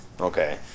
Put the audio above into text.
Okay